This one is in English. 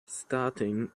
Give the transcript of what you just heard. starting